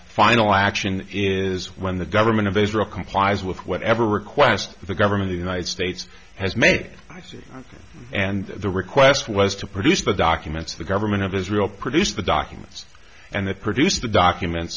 final action is when the government of israel complies with whatever requests the government the united states has made i c and the request was to produce the documents the government of israel produced the documents and that produced the documents